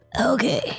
Okay